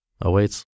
awaits